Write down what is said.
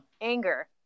Anger